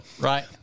right